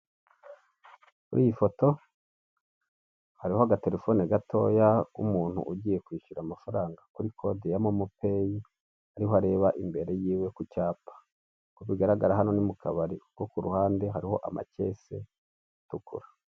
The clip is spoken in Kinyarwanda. kuri iyi foto hariho agatelefoni gatoya k'umuntu ugiye kwishyura amafaranga kuri kode ya Momo peyi, ariho areba imbere yiwe ku cyapa. Uko bigaragara hano ni mu kabari kuko ku ruhande hariho amakesi atukura.